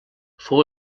fou